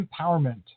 empowerment